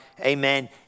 Amen